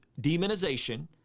demonization